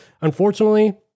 Unfortunately